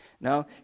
No